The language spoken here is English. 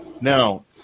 Now